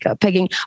pegging